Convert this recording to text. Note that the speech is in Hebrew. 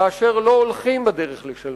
כאשר לא הולכים בדרך לשלום.